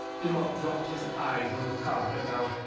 de motte dropped his eyes on the carpet, now,